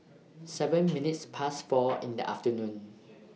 seven minutes Past four in The afternoon